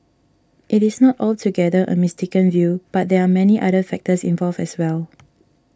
it is not altogether a mistaken view but there are many other factors involved as well